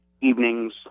evenings